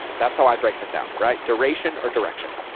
that's how i break them down, right. duration or direction.